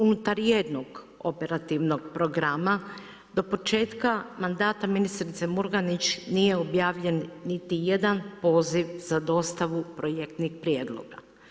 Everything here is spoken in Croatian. Unutar jednog operativnog programa do početka mandata ministrice Murganić nije objavljen niti jedan poziv za dostavu projektnih prijedloga.